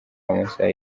amasaha